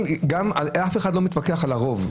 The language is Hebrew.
אף אחד לא מתווכח על הרוב,